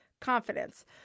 confidence